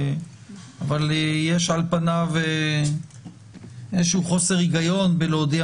אבל יש על פניו איזשהו חוסר היגיון להודיע